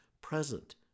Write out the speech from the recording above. present